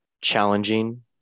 challenging